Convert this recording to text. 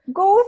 go